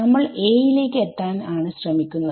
നമ്മൾ a യിലേക്ക് എത്താൻ ആണ് ശ്രമിക്കുന്നത്